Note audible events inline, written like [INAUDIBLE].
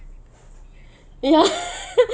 ya [LAUGHS]